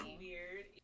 weird